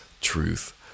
truth